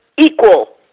Equal